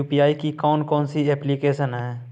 UPI की कौन कौन सी एप्लिकेशन हैं?